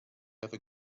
other